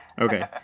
okay